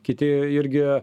kiti irgi